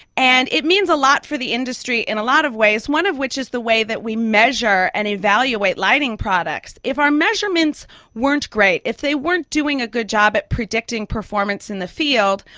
and it means a lot for the industry in a lot of ways, one of which is the way that we measure and evaluate lighting products. if our measurements weren't great, if they weren't doing a good job at predicting performance in the field,